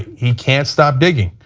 he can't stop digging.